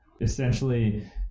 essentially